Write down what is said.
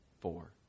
Four